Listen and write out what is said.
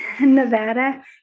Nevada